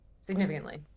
significantly